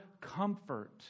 comfort